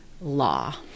law